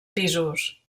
pisos